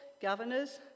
governors